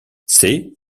c’est